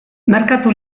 merkatu